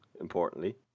importantly